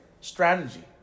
strategy